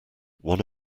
one